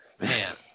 Man